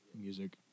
music